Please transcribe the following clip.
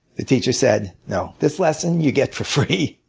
the teacher said no, this lesson you get for free.